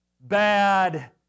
bad